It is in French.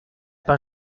pas